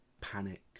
panic